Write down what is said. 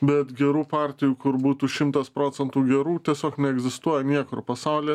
bet gerų partijų kur būtų šimtas procentų gerų tiesiog neegzistuoja niekur pasaulyje